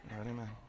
Amen